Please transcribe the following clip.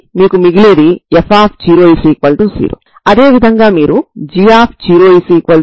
ఇది సెల్ఫ్ఎడ్జాయింట్ రూపంలో ఉంది కాబట్టి ఐగెన్ విలువలు వాస్తవ విలువలు అవుతాయి